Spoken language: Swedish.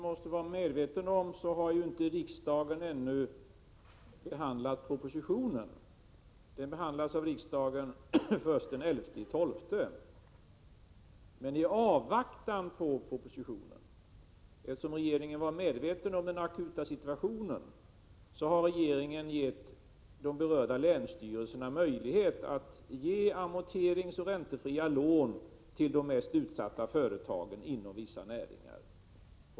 Herr talman! Som Erik Holmkvist måste vara medveten om har riksdagen ännu inte behandlat propositionen. Den behandlas först den 11 december. Men i avvaktan på riksdagsbeslutet har regeringen, eftersom vi var medvetna om den akuta situationen, gett de berörda länsstyrelserna möjlighet att ge amorteringsoch räntefria lån till de mest utsatta företagen inom vissa näringar.